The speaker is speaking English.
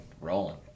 rolling